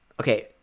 Okay